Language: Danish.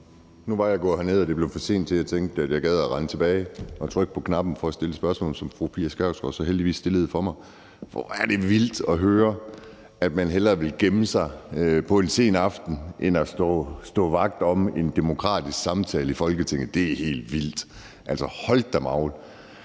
nu var jeg gået herned, og det blev for sent til, at jeg tænkte, at jeg gad at rende tilbage og trykke på knappen for at stille et spørgsmål, som fru Pia Kjærsgaard så heldigvis stillede for mig. For hvor er det vildt at høre, at man hellere vil gemme sig på en sen aften end at stå vagt om en demokratisk samtale i Folketinget. Det er helt vildt. Altså, hold da magle.